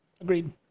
Agreed